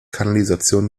kanalisation